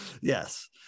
Yes